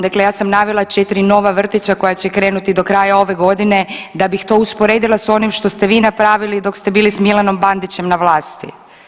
Dakle, ja sam navela 4 nova vrtića koja će krenuti do kraja ove godine da bih usporedila s onim što ste vi napravili dok ste bili s Milanom Bandićem na vlasti.